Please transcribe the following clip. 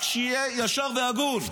רק שיהיה ישר והגון.